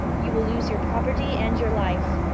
you will lose your property and your life.